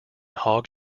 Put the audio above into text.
hog